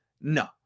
no